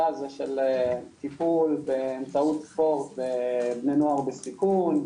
הזה של טיפול באמצעות ספורט בבני נוער בסיכון,